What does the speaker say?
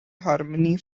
harmony